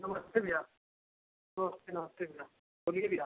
नमस्ते भैया नमस्ते नमस्ते भैया बोलिए भैया